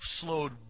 slowed